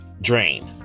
drain